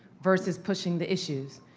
versus pushing the issues.